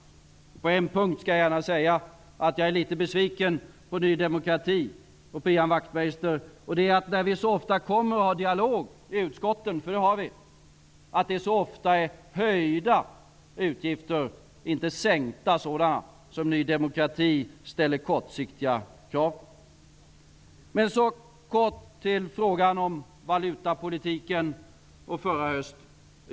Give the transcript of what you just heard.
På en punkt, det skall jag gärna säga, är jag litet besviken på Ny demokrati och på Ian Wachtmeister. Ofta när vi har en dialog i utskotten -- för dialoger har vi -- är det på höjda utgifter, inte på sänkta sådana, som Ny demokrati ställer kortsiktiga krav. Helt kort till frågan om valutapolitiken och förra hösten.